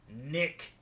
Nick